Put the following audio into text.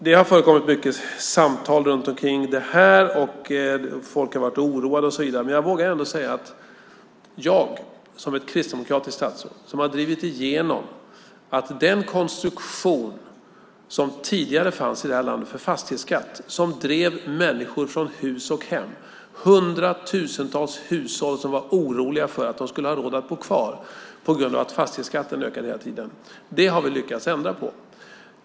Det har förekommit många samtal om detta, och folk har varit oroade. Men jag vågar ändå säga att jag, som kristdemokratiskt statsråd, har drivit igenom en ändring av den konstruktion som tidigare fanns i det här landet för fastighetsskatt. Den drev människor från hus och hem. Hundratusentals hushåll var oroliga över om de skulle ha råd att bo kvar på grund av att fastighetsskatten hela tiden ökade. Det har vi lyckats ändra på.